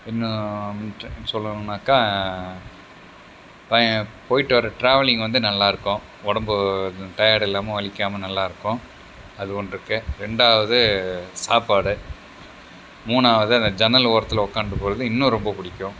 இன்னும் டிரெயின் சொல்லணும்னாக்கா போய்ட்டு வர டிராவலிங் வந்து நல்லாயிருக்கும் உடம்பு இந்த டயர்ட் இல்லாமல் வலிக்காமல் நல்லாயிருக்கும் அது ஒன்று இருக்கு ரெண்டாவது சாப்பாடு மூணாவது அந்த ஜன்னல் ஓரத்தில் உக்காந்துட்டு போகிறது இன்னும் ரொம்ப பிடிக்கும்